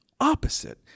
opposite